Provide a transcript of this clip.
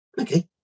Okay